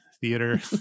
theater